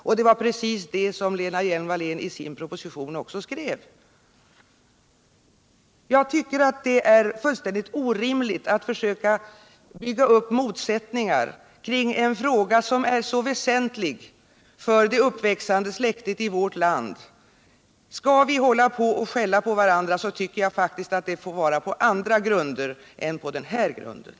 Och det var precis det som Lena Hjelm-Wallén skrev i sin proposition. Jag tycker det är fullständigt orimligt att försöka bygga upp motsättningar kring en fråga som är så väsentlig för det uppväxande släktet i vårt land. Skall vi skälla på varandra får det vara på andra grunder än på denna.